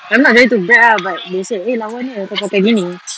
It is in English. I'm not trying to brag ah but they said eh lawanya kau pakai gini